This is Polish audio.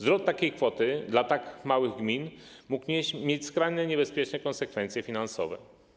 Zwrot takiej kwoty dla tak małych gmin mógł mieć skrajnie niebezpieczne konsekwencje finansowe.